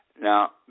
Now